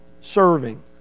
serving